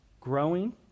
growing